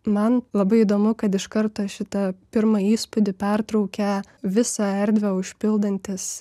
man labai įdomu kad iš karto šitą pirmą įspūdį pertraukia visą erdvę užpildantis